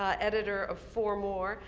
ah editor of four more,